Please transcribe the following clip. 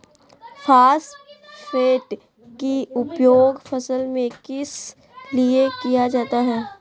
Phosphate की उपयोग फसल में किस लिए किया जाता है?